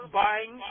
buying